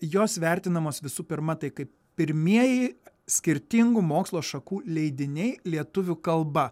jos vertinamos visų pirma tai kaip pirmieji skirtingų mokslo šakų leidiniai lietuvių kalba